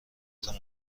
تان